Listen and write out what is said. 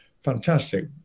fantastic